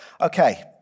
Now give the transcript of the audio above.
Okay